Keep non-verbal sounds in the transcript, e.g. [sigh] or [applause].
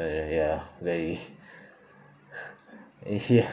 uh ya very [breath] uh ya